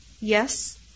Yes